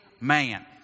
man